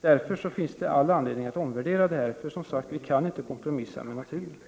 Därför finns det all anledning att omvärdera detta, eftersom vi inte kan kompromissa med naturen.